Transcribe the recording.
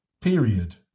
period